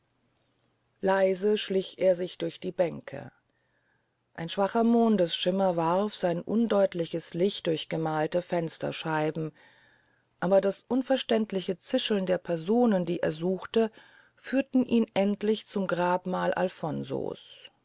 leise schlich er sich durch die bänke ein schwacher mondesschimmer warf sein undeutliches licht durch bemahlte fensterscheiben aber das unverständliche zischeln der personen die er suchte führte ihn endlich zum grabmal alfonso's